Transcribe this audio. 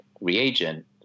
reagent